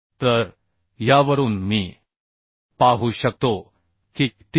तर यावरून मी पाहू शकतो की 373